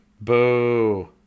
Boo